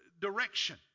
direction